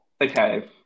okay